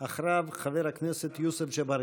אחריו, חבר הכנסת יוסף ג'בארין.